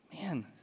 man